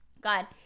God